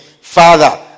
Father